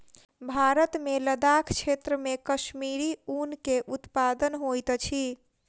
भारत मे लदाख क्षेत्र मे कश्मीरी ऊन के उत्पादन होइत अछि